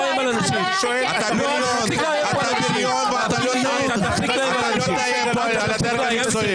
אתה בריון ואתה לא תאיים פה על הדרג המקצועי.